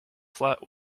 flat